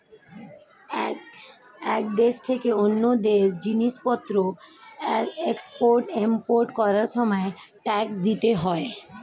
এক দেশ থেকে অন্য দেশে জিনিসপত্রের এক্সপোর্ট ইমপোর্ট করার সময় ট্যাক্স দিতে হয়